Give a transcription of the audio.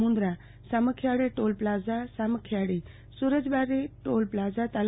મું દરા સામખીયાળી ટોલપ્લાઝા સામખીયાળી સુ રજબારી ટોલ પ્લાઝા તા